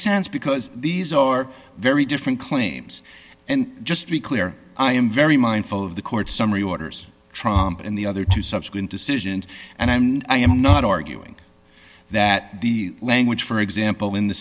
sense because these are very different claims and just be clear i am very mindful of the court's summary orders trump in the other two subsequent decisions and i and i am not arguing that the language for example in th